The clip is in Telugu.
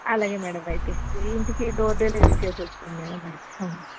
అలాగే మేడం అయితే మీ ఇంటికి డోర్ డెలివరీ చేస్తాం మేడం అయితే